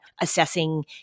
assessing